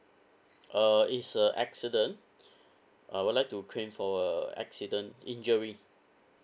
uh it's a accident I would like to claim for a accident injury